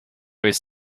was